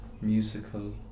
musical